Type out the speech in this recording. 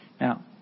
Now